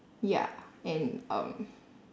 ya and um